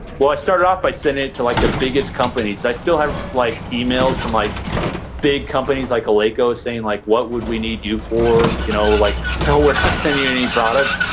well, i started off by sending it to like the biggest companies. i still have like emails from like big companies like eleiko saying like, what would we need you for? like, no, like so we're not sending you any product.